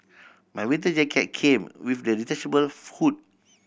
my winter jacket came with the detachable hood